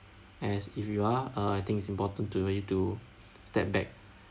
as if you are uh I think it's important to you to step back